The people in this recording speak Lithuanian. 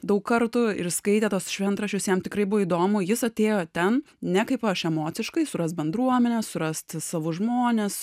daug kartų ir skaitė tuos šventraščius jam tikrai buvo įdomu jis atėjo ten ne kaip aš emociškai surast bendruomenę surast savo žmones